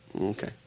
Okay